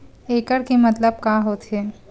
एकड़ के मतलब का होथे?